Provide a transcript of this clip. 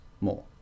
more